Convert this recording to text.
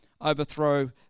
overthrow